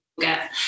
get